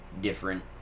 different